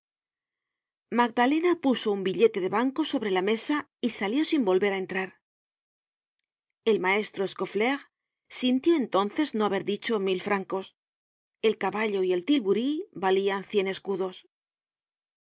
magdalena puso un billete de banco sobre la mesa y salió sin volver á entrar el maestro scauflaire sintió entonces no haber dicho mil francos el caballo y el tilburí valian cien escudos